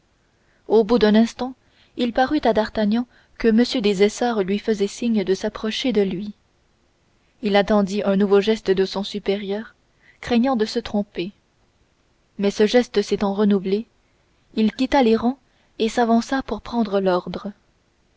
au bout d'un instant il parut à d'artagnan que m des essarts lui faisait signe de s'approcher de lui il attendit un nouveau geste de son supérieur craignant de se tromper mais ce geste s'étant renouvelé il quitta les rangs et s'avança pour prendre l'ordre